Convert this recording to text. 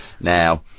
now